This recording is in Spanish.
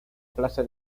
plaza